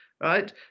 right